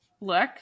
look